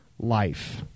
life